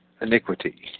iniquity